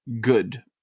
good